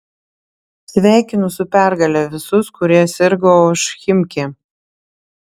sveikinu su pergale visus kurie sirgo už chimki